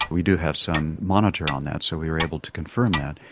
we do have some monitor on that so we were able to confirm that,